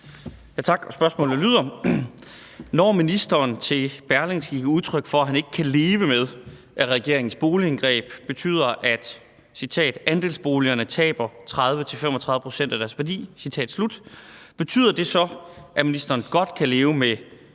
Tak. Spørgsmålet lyder: Når ministeren til Berlingske giver udtryk for, at han ikke kan leve med, at regeringens boligindgreb betyder, at »andelsboligerne taber 30-35 pct. af deres værdi«, betyder det så, at ministeren godt kan leve med